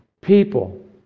people